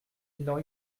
bilan